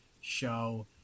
show